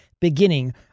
beginning